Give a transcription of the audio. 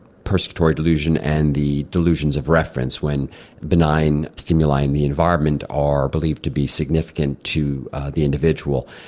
persecutory delusion, and the delusions of reference, when benign stimuli in the environment are believed to be significant to the individual.